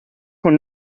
con